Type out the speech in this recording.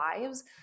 lives